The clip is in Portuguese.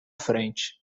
frente